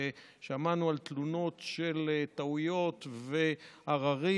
ושמענו על תלונות של טעויות ועררים.